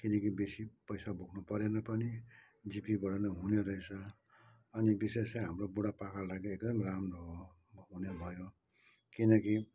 किनकि बेसी पैसा बोक्नु परेन पनि जिपेबाट नै हुने रहेछ अनि विशेष चाहिँ हाम्रो बुढा पाकालाई चाहिँ एकदम राम्रो हो हुने भयो किनकि